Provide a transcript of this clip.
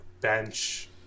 bench